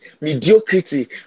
mediocrity